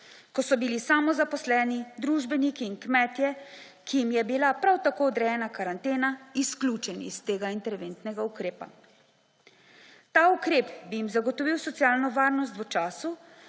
ko so bili samozaposleni, družbeniki in kmetje, ki jim je bila prav tako odrejena karantena izključeni iz tega interventnega ukrepa. Ta ukrep bi jim zagotovil socialno varnost v času,